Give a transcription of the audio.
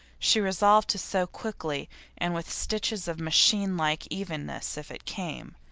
she resolved to sew quickly and with stitches of machine-like evenness, if it came.